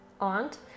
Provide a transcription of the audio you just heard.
aunt